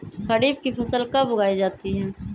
खरीफ की फसल कब उगाई जाती है?